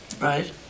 Right